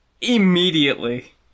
immediately